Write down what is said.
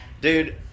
Dude